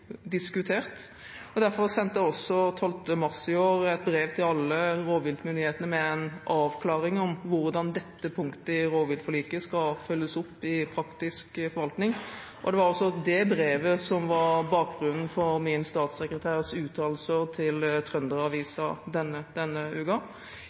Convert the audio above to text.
diskutert. Derfor sendte jeg 12. mars i år et brev til alle rovviltmyndighetene med en avklaring av hvordan dette punktet i rovviltforliket skal følges opp i praktisk forvaltning. Det var det brevet som var bakgrunnen for min statssekretærs uttalelser til Trønder-Avisa denne